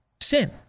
sin